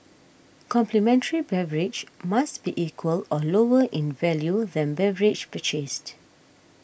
complimentary beverage must be equal or lower in value than beverage purchased